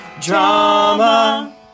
Drama